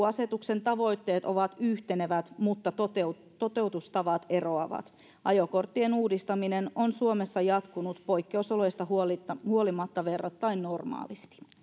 asetuksen tavoitteet ovat yhtenevät mutta toteutustavat eroavat ajokorttien uudistaminen on suomessa jatkunut poikkeusoloista huolimatta huolimatta verrattain normaalisti